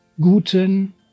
Guten